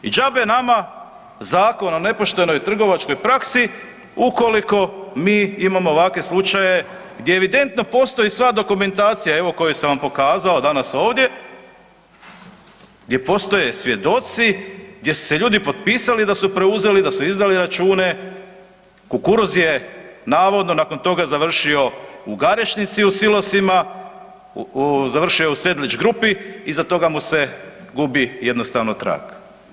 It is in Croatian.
I džabe nama zakon o nepoštenoj trgovačkoj praksi ukoliko mi imamo ovakve slučaje gdje evidentno postoji sva dokumentacija, evo koju sam vam pokazao danas ovdje, gdje postoje svjedoci, gdje su se ljudi potpisali da su preuzeli, da su izdali račune, kukuruz je navodno nakon toga završio u Garešnici u silosima, završio je u Sedlić grupi, iza toga mu se gubi jednostavno trag.